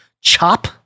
CHOP